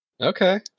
okay